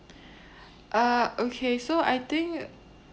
uh okay so I think